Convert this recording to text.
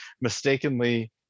mistakenly